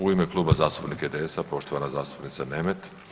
U ime Kluba zastupnika IDS-a, poštovana zastupnica Nemet.